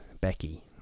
Becky